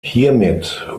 hiermit